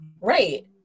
Right